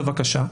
בבקשה.